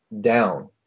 down